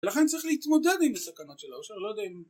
ולכן צריך להתמודד עם הסכנות של האושר, לא יודע אם...